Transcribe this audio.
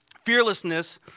Fearlessness